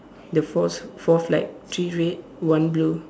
the fours four flag three red one blue